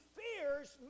fears